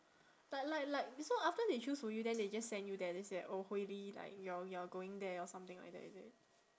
but like like so after they choose for you then they just send you there then say like oh hui li like you're you're going there or something like that is it